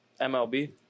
mlb